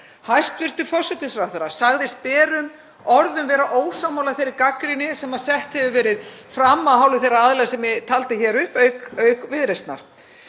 Hæstv. forsætisráðherra sagðist berum orðum vera ósammála þeirri gagnrýni sem sett hefur verið fram af hálfu þeirra aðila sem ég taldi hér upp auk Viðreisnar.